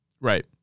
Right